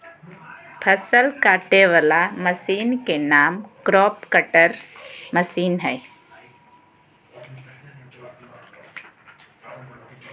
फसल काटे वला मशीन के नाम क्रॉप कटर मशीन हइ